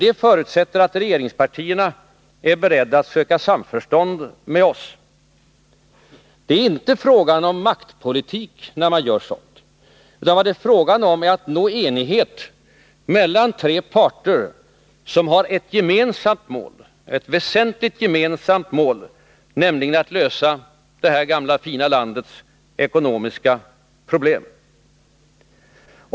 Detta förutsätter att de två regeringspartierna är beredda att söka samförstånd med oss. Det är inte fråga om ”maktpolitik”, vilket Olof Palme gjorde gällande. Det är fråga om att nå enighet mellan tre parter, som har ett väsentligt gemensamt mål, nämligen att lösa detta gamla fina lands ekonomiska problem.